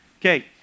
Okay